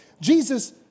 Jesus